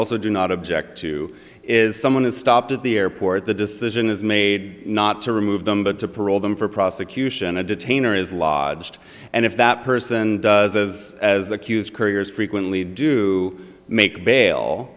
also do not object to is someone is stopped at the airport the decision is made not to remove them but to parole them for prosecution a detainer is lodged and if that person does as as accused couriers frequently do make bail